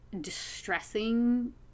distressing